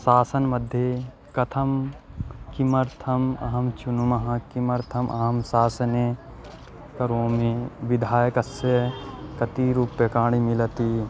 शासनमध्ये कथं किमर्थम् अहं चिनुमः किमर्थम् अहं शासनं करोमि विधायकाय कति रूप्यकाणि मिलति